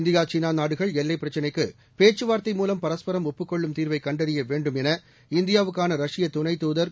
India சீனா நாடுகள் எல்லைப் பிரச்சினைக்கு பேச்சுவார்த்தை மூலம் பரஸ்பரம் ஒப்புக் கொள்ளும் தீர்வை கண்டறிய வேண்டும் என இந்தியாவுக்கான ரஷ்ய துணைத் தூதர் திரு